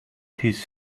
his